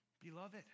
Beloved